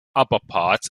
upperparts